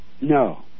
No